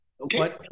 Okay